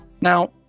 Now